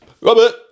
Robert